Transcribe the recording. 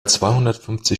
zweihundertfünfzig